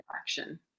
action